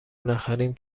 نخریم